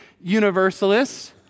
universalists